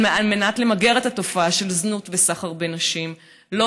על מנת למגר את התופעה של זנות וסחר בנשים לא